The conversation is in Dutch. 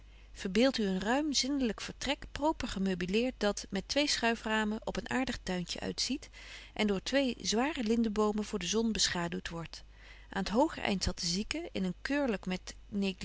verbeeldt u een ruim zindelyk vertrek proper gemeubileert dat met twee schuiframen op een aartig tuintje uitziet en door twee zware lindenbomen voor de zon beschaduwt wordt aan t hoger eind zat de zieke in een keurlyk net